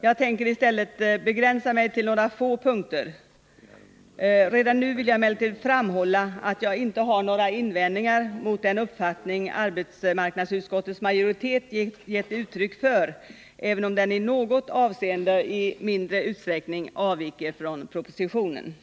Jag tänker i stället begränsa mig till några få punkter. Redan nu vill jag emellertid framhålla att jag inte har några invändningar mot den uppfattning som arbetsmarknadsutskottets majoritet har gett uttryck för, iven om den i något avseende i mindre utsträckning avviker från propositionen.